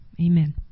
amen